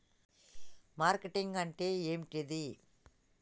Marketing అంటే ఏంటిది?